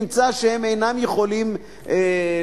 נמצא שהם אינם יכולים להירשם,